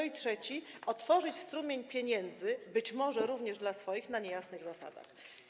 I trzeci - otworzyć strumień pieniędzy, być może również dla swoich, na niejasnych zasadach.